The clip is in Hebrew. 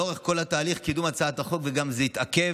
לאורך כל תהליך קידום הצעת החוק, וגם זה התעכב,